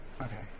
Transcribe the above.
Okay